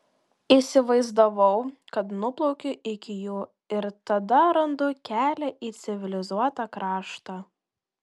įsivaizdavau kad nuplaukiu iki jų ir tada randu kelią į civilizuotą kraštą